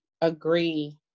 agree